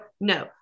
no